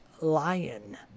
Lion